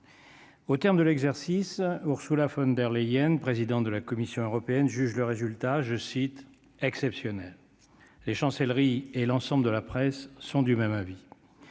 Au terme de l'exercice Urszula von der Leyen, présidente de la Commission européenne, juge le résultat, je cite, exceptionnel, les chancelleries, et l'ensemble de la presse sont du même avis,